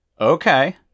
Okay